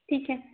ठीक है